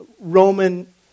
Roman